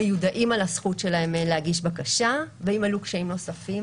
מיודעים על הזכות שלהם להגיש בקשה ואם עלו קשיים נוספים